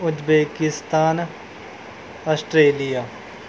Uzbekistan Australia